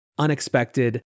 unexpected